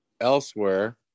elsewhere